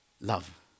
Love